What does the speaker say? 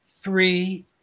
three